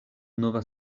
nova